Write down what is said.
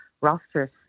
roster